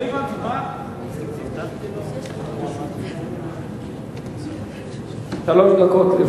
לרשותך שלוש דקות.